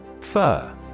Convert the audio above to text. Fur